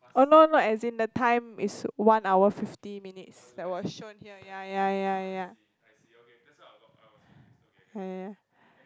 oh no no as in the time is one hour fifty minutes that was shown here yeah yeah yeah yeah ya ya ya